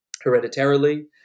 hereditarily